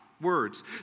words